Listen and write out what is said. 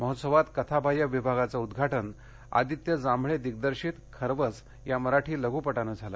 महोत्सवात कथाबाह्य विभागाचं उद्वाटन आदित्य जांभळे दिग्दशिंत खरवस या मराठी लघ्पटानं झालं